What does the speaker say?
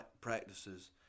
practices